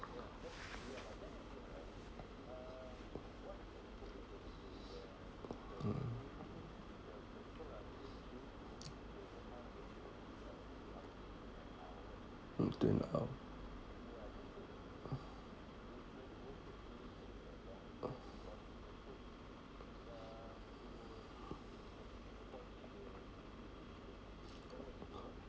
uh up to an hour